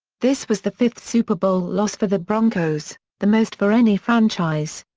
this was the fifth super bowl loss for the broncos, the most for any franchise.